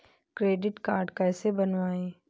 Credit card कैसे बनवाएँ?